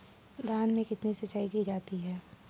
धान में कितनी सिंचाई की जाती है?